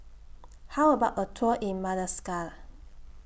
How about A Tour in Madagascar